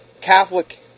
Catholic